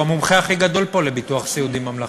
הוא המומחה הכי גדול פה לביטוח סיעודי ממלכתי.